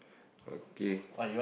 okay